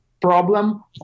problem